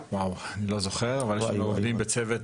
אני לא זוכר, אבל יש לנו עובדים בצוות של קמפוס.